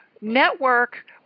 network